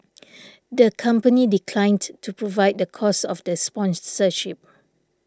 the company declined to provide the cost of the sponsorship